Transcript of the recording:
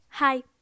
Hi